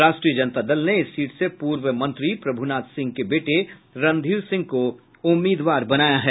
राष्ट्रीय जनता दल ने इस सीट से पूर्व मंत्री प्रभुनाथ सिंह के बेटे रंधीर सिंह को उम्मीदवार बनाया है